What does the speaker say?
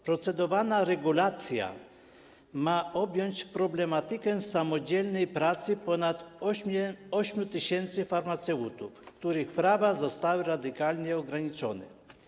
Procedowana regulacja ma objąć problematykę samodzielnej pracy ponad 8 tys. farmaceutów, których prawa zostały radykalnie ograniczone.